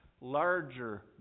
larger